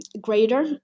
greater